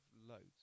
loads